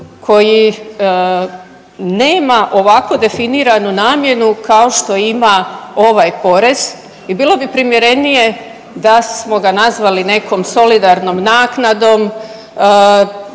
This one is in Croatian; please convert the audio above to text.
koji nema ovako definiranu namjenu kao što ima ovaj porez. I bilo bi primjerenije da smo ga nazvali nekom solidarnom naknadom,